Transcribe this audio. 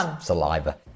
saliva